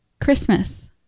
christmas